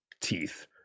teeth